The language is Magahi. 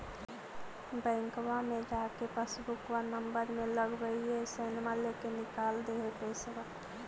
बैंकवा मे जा के पासबुकवा नम्बर मे लगवहिऐ सैनवा लेके निकाल दे है पैसवा?